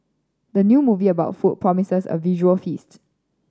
the new movie about food promises a visual feast